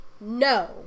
No